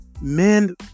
men